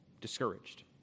discouraged